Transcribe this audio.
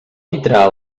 quitrà